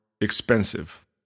expensive